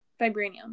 Vibranium